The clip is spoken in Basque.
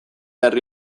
herri